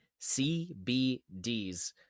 CBDs